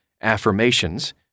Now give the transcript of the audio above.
affirmations